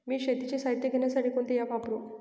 मी शेतीचे साहित्य घेण्यासाठी कोणते ॲप वापरु?